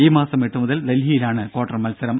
ഈ മാസം എട്ടു മുതൽ ഡൽഹിയിലാണ് ക്വാർട്ടർ മത്സരം